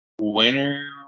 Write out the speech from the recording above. winner